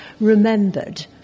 remembered